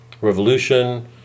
revolution